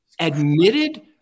Admitted